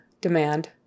Demand